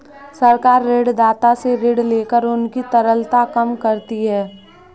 सरकार ऋणदाता से ऋण लेकर उनकी तरलता कम करती है